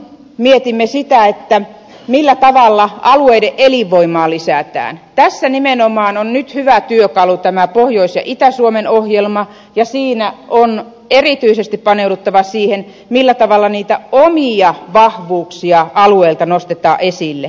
kun mietimme sitä millä tavalla alueiden elinvoimaa lisätään tässä nimenomaan on nyt hyvä työkalu tämä pohjois ja itä suomen ohjelma ja siinä on erityisesti paneuduttava siihen millä tavalla niitä omia vahvuuksia alueelta nostetaan esille